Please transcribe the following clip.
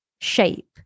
shape